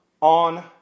On